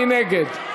מי נגד?